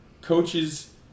coaches